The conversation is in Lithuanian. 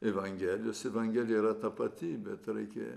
evangelijos evangelija yra tapatybė tereikia